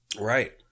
Right